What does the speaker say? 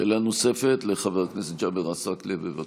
שאלה נוספת לחבר הכנסת ג'אבר עסאקלה, בבקשה.